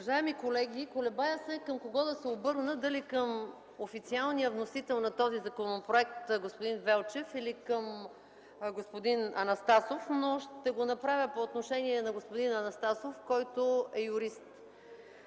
Уважаеми колеги, колебая се към кого да се обърна – дали към официалния вносител на този законопроект господин Велчев, или към господин Анастасов, но ще го направя по отношение на господин Анастасов, който е юрист.